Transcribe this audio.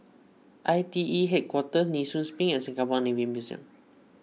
I T E Headquarters Nee Soon Spring and Singapore Navy Museum